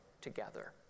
together